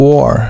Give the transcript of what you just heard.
War